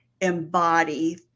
embody